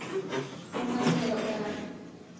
ᱚᱱᱠᱟᱜᱮ ᱧᱮᱞᱚᱜ ᱠᱟᱱᱟ